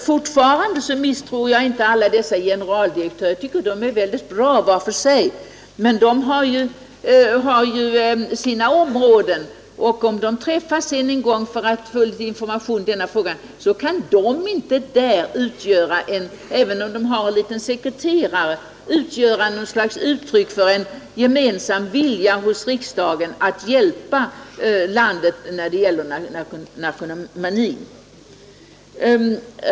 Fortfarande vill jag säga, att jag inte misstror alla dessa generaldirektörer; jag tycker de är bra var för sig, men de har ju sina speciella områden. Om de sedan träffas då och då för att få information, kan detta inte, även om expertgruppen har sekreterare, vara något uttryck för en gemensam vilja hos riksdagen att hjälpa landet mot narkomanin.